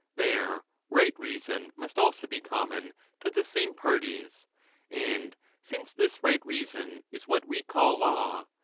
there right reason must also be common to the same parties and since this right reason is what we call law,